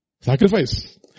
Sacrifice